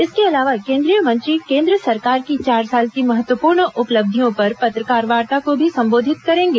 इसके अलावा केंद्रीय मंत्री केंद्र सरकार की चार साल की महत्वपूर्ण उपलब्धियों पर पत्रकारवार्ता को भी संबोधित करेंगे